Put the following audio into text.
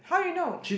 how you know